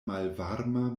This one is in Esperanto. malvarma